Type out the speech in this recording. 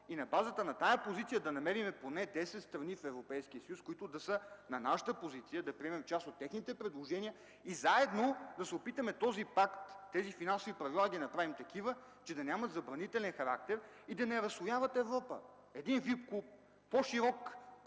и на базата на тази позиция да намерим поне десет страни в Европейския съюз, които да са на нашата позиция, да приемем част от техните предложения и заедно да се опитаме този пакт, тези финансови правила да ги направим такива, че да нямат забранителен характер и да не разслояват Европа. Един ВИП клуб, по-широк клуб на